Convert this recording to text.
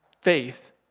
faith